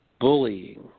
bullying